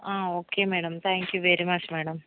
okay madam thank you very much madam